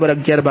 06 p